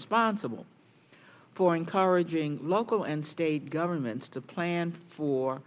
responsible for encouraging local and state governments to plan for